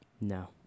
no